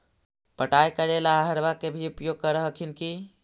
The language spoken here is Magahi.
पटाय करे ला अहर्बा के भी उपयोग कर हखिन की?